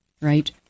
right